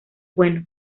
bueno